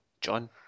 John